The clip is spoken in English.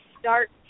start